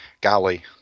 golly